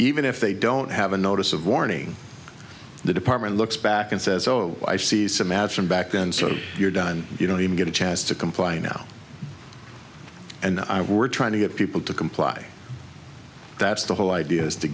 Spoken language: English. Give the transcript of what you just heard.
even if they don't have a notice of warning the department looks back and says oh i see some action back and sort of you're done you don't even get a chance to comply now and i were trying to get people to comply that's the whole idea is to